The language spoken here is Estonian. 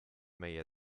meie